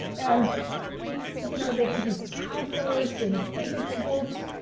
and you know they had these calculus and physics books,